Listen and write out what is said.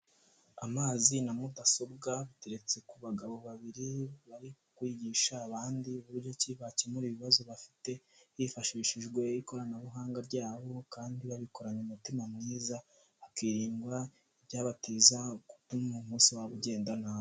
Amazi na mudasobwa biteretse ku bagabo babiri, bari kwigisha abandi buryo ki bakemura ibibazo bafite, hifashishijwe ikoranabuhanga ryabo kandi babikoranye umutima mwiza, hakiririndwa ibyabateza gutuma umunsi wababo ugenda nabi.